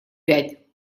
пять